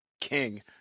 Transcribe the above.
King